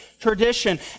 tradition